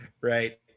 right